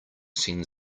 send